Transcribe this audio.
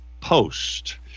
post